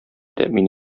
тәэмин